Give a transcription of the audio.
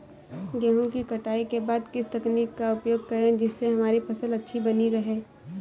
गेहूँ की कटाई के बाद किस तकनीक का उपयोग करें जिससे हमारी फसल अच्छी बनी रहे?